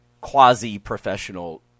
quasi-professional